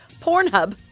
Pornhub